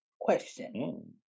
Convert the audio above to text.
Question